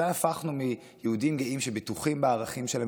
מתי הפכנו מיהודים גאים שבטוחים בערכים שלהם